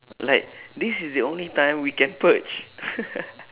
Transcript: like this is the only time we can purge